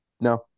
No